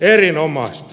erinomaista